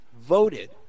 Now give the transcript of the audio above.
voted